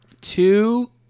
two